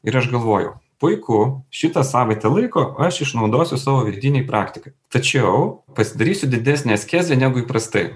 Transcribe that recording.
ir aš galvojau puiku šitą savaitę laiko aš išnaudosiu savo virtinei praktikai tačiau pasidarysiu didesnę askezę negu įprastai